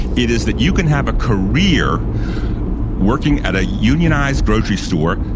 it is that you can have a career working at a unionized grocery store,